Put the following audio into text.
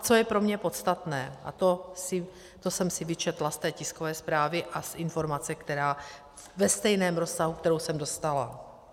Co je pro mě podstatné, a to jsem si vyčetla z tiskové zprávy a z informace, která ve stejném rozsahu, kterou jsem dostala.